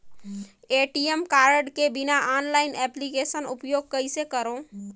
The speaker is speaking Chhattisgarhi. ए.टी.एम कारड के बिना ऑनलाइन एप्लिकेशन उपयोग कइसे करो?